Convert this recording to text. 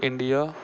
India